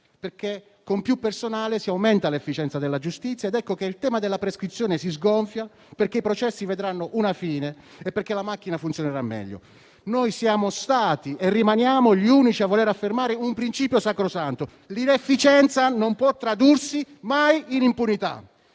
Con più personale, infatti, aumenta l'efficienza della giustizia ed ecco che il tema della prescrizione si sgonfia, perché i processi vedranno una fine e la macchina della giustizia funzionerà meglio. Siamo stati e rimaniamo gli unici a voler affermare un principio sacrosanto: l'inefficienza non può tradursi mai in impunità.